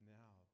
now